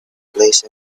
place